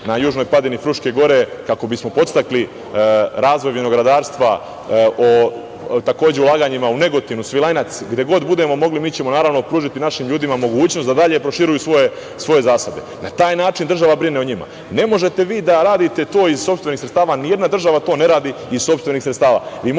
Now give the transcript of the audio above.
na južnoj padini Fruške Gore kako bi smo podstakli razboj vinogradarstva. Takođe, o ulaganjima u Negotinu, Svilajnac, gde god budemo mogli, mi ćemo naravno pružiti našim ljudima mogućnost da dalje proširuju svoje zasade. Na taj način država brine o njima. Ne možete vi to da radite iz sopstvenih sredstava, ni jedna država to ne radi iz sopstvenih sredstava.